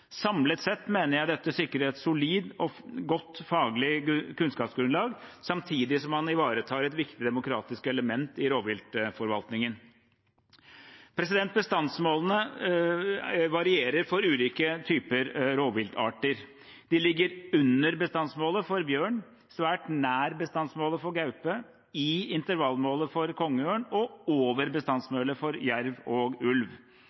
Samlet sett mener jeg dette sikrer et solid og godt faglig kunnskapsgrunnlag, samtidig som man ivaretar et viktig demokratisk element i rovviltforvaltningen. Bestandsmålene varierer for ulike typer rovviltarter. De ligger under bestandsmålet for bjørn, svært nær bestandsmålet for gaupe, i intervallmålet for kongeørn og over bestandsmålet for jerv og ulv.